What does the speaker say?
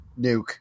nuke